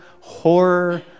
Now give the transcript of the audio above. horror